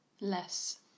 Less